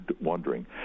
wandering